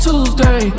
Tuesday